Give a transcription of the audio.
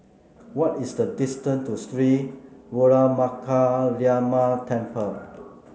what is the distance to Sri Veeramakaliamman Temple